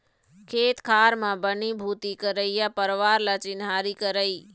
खेत खार म बनी भूथी करइया परवार ल चिन्हारी करई